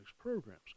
programs